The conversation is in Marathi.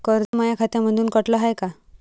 कर्ज माया खात्यामंधून कटलं हाय का?